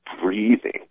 Breathing